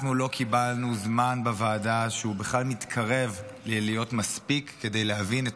אנחנו לא קיבלנו זמן בוועדה שבכלל מתקרב להיות מספיק כדי להבין את